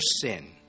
sin